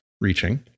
reaching